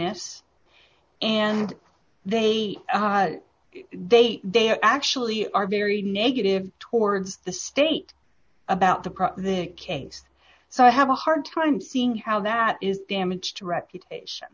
fs and they they they actually are very negative towards the state about the probably the case so i have a hard time seeing how that is damage to reputation